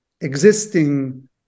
existing